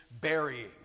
burying